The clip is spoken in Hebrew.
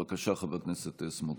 בבקשה, חבר הכנסת סמוטריץ'.